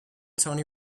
tony